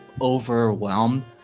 overwhelmed